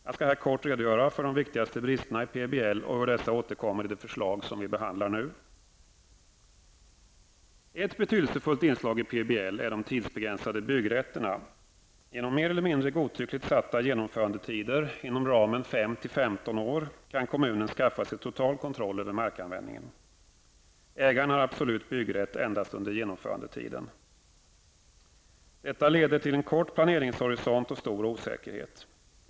Jag skall här kort redogöra för de viktigaste bristerna i PBL och hur dessa återkommer i det förslag som vi nu behandlar. Ett betydelsefullt inslag i PBL är de tidsbegränsade byggrätterna. Genom mer eller mindre godtyckligt satta genomförandetider inom ramen 5--15 år kan kommunen skaffa sig total kontroll över markanvändningen. Ägaren har absolut byggrätt endast under genomförandetiden. Detta leder till kort planeringshorisont och stor osäkerhet.